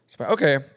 Okay